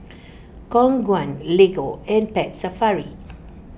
Khong Guan Lego and Pet Safari